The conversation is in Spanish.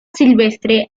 silvestre